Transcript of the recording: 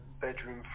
bedroom